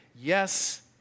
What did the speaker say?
yes